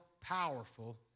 powerful